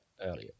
earlier